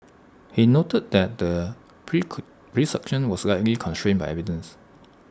he noted that the prosecution was likely constrained by evidence